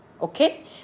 okay